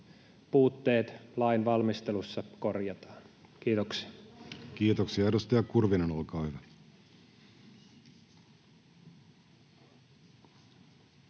puutteet lainvalmistelussa korjataan. — Kiitoksia. Kiitoksia. — Edustaja Kurvinen, olkaa hyvä.